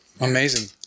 Amazing